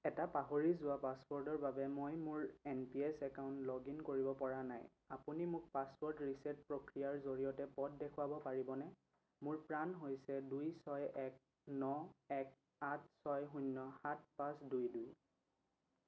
এটা পাহৰি যোৱা পাছৱৰ্ডৰ বাবে মই মোৰ এন পি এছ একাউণ্টত লগ ইন কৰিব পৰা নাই আপুনি মোক পাছৱাৰ্ড ৰিছেট প্ৰক্ৰিয়াৰ জৰিয়তে পথ দেখুৱাব পাৰিবনে মোৰ প্ৰাণ হৈছে দুই ছয় এক ন এক আঠ ছয় শূন্য সাত পাঁচ দুই দুই